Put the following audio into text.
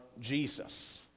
Jesus